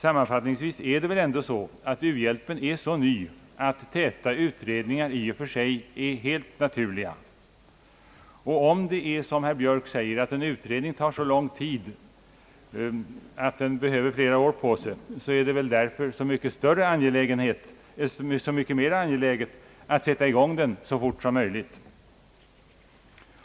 I stort sett är det väl så att u-bhjälpen är så ny att täta utredningar i och för sig är naturliga. Om, som herr Björk säger, en utredning tar så lång tid att den behöver flera år på sig, är det väl därför så mycket mera angeläget att sätta i gång den så fort som möjligt.